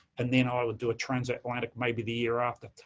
and then, ah i would do a transatlantic maybe the year after.